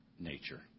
Nature